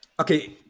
Okay